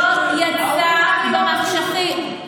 לא יצא במחשכים.